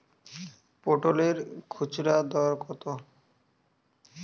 পটলের খুচরা দর কত?